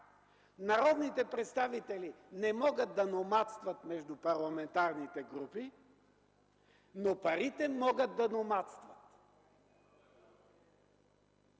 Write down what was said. Народните представители не могат да номадстват между парламентарните групи, но парите могат да номадстват.